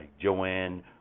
Joanne